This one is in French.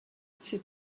c’est